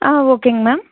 ஆ ஓகேங்க மேம்